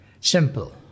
simple